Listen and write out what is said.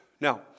Now